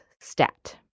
stat